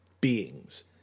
beings